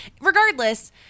Regardless